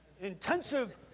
intensive